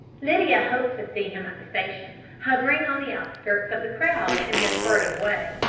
lydia hoped to see him at the station, hovering on the outskirts of the crowd in his furtive way,